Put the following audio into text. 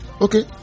Okay